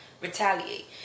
retaliate